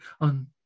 on